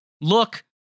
Look